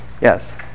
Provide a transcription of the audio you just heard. Yes